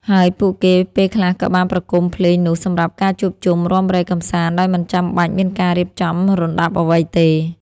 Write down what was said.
ហើយពួកគេពេលខ្លះក៏បានប្រគំភ្លេងនោះសម្រាប់ការជួបជុំរាំរែកកម្សាន្ដដោយមិនចាំបាច់មានការរៀបចំរណ្ដាប់អ្វីទេ។